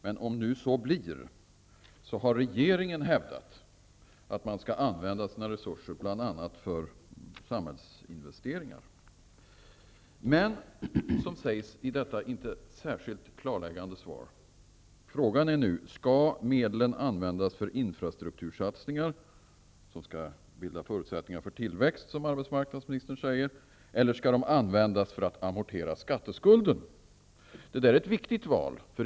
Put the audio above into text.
Men om nu så blir fallet, har regeringen hävdat att man skall använda sina resurser bl.a. för samhällsinvesteringar. I detta inte särskilt klarläggande svar sägs det att frågan är om dessa medel skall användas för infrastruktursatsningar -- som skall skapa förutsättningar för tillväxt, enligt vad arbetsmarknadsministern säger -- eller användas för att amortera statsskulden. Detta är ett viktigt val.